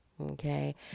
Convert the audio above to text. okay